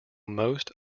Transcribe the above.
most